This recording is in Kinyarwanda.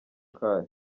kayo